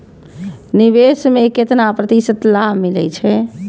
निवेश में केतना प्रतिशत लाभ मिले छै?